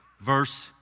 verse